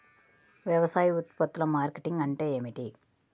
వ్యవసాయ ఉత్పత్తుల మార్కెటింగ్ అంటే ఏమిటి?